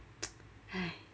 !hais!